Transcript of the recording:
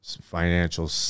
financial